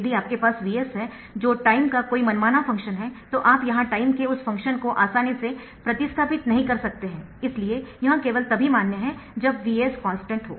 यदि आपके पास Vs है जो टाइम का कोई मनमाना फंक्शन है तो आप यहां टाइम के उस फंक्शन को आसानी से प्रतिस्थापित नहीं कर सकते है इसलिए यह केवल तभी मान्य है जब Vs कॉन्स्टन्ट हो